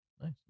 nice